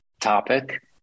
topic